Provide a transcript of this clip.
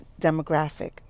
demographic